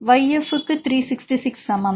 yF க்கு 366 சமம்